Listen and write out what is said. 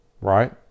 right